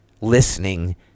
listening